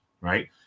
Right